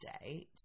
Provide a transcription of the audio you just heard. state